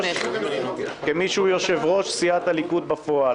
כמי שהוא יושב-ראש סיעת הליכוד בפועל.